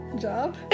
Job